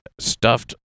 stuffed